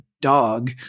dog